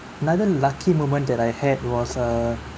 another lucky moment that I had was err